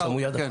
עשו יד אחת.